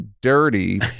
dirty